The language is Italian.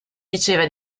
diceva